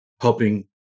Helping